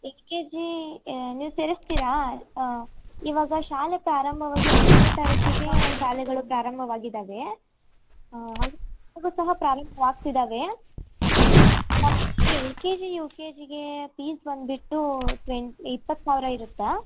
L K G ನೀವು ಸೇರಿಸ್ತೀರಾ ಇವಾಗ ಶಾಲೆ ಪ್ರಾರಂಭವಾಗಿ ಹತ್ತನೇ ತಾರೀಕಿಗೆ ಶಾಲೆಗಳು ಪ್ರಾರಂಭವಾಗಿದ್ದಾವೆ ಹಾಂ ಹೌದು ಸಹ ಪ್ರಾರಂಭವಾಗ್ತಿದ್ದಾವೆ ನಮ್ಮದು L K G U K ಜಿಗೆ ಫೀಸ್ ಬಂದುಬಿಟ್ಟು ಟ್ವೆನ್ ಇಪ್ಪತ್ತು ಸಾವಿರ ಇರತ್ತೆ